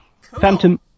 Phantom